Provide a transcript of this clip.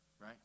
right